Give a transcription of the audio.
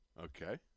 Okay